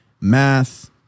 math